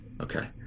Okay